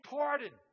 pardon